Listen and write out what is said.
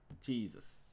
Jesus